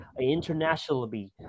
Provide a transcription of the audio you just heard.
internationally